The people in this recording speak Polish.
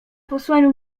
posłaniu